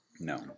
No